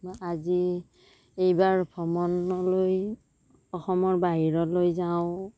আজি এইবাৰ ভ্ৰমণলৈ অসমৰ বাহিৰলৈ যাওঁ